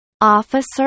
officer